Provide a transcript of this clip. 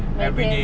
每天